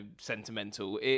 sentimental